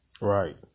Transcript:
Right